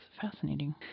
fascinating